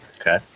Okay